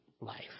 life